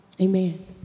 Amen